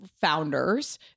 founders